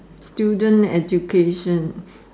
student education